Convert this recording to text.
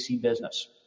business